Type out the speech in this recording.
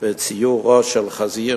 בציור ראש של חזיר.